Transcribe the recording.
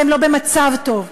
והם לא במצב טוב,